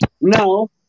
No